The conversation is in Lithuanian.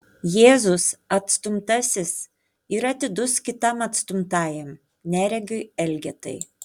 jėzus atstumtasis yra atidus kitam atstumtajam neregiui elgetai